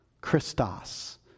Christos